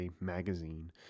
magazine